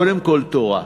קודם כול תורה,